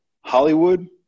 Hollywood